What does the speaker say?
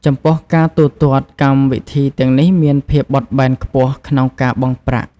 ចំពោះការទូទាត់ កម្មវិធីទាំងនេះមានភាពបត់បែនខ្ពស់ក្នុងការបង់ប្រាក់។